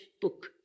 Book